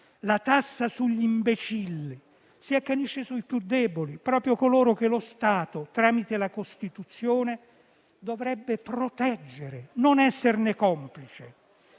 la tassa sugli imbecilli, si accanisce sui più deboli, proprio coloro che lo Stato, tramite la Costituzione, dovrebbe proteggere, quindi non dovrebbe